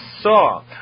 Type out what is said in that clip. saw